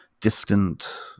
distant